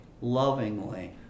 lovingly